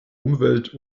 umwelt